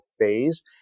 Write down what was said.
phase